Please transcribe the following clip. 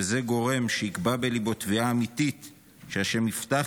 וזה גורם שיקבע בליבו תביעה אמיתית שהשם יפתח